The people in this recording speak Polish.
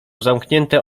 zamknięte